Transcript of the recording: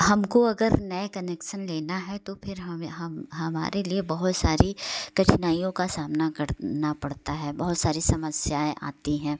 हमको अगर नया कनेक्सन लेना है तो फिर हमें हम हमारे लिए बहुत सारी कठिनाइयाें का सामना करना पड़ता है बहुत सारी समस्याएँ आती हैं